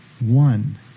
one